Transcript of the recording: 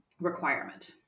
requirement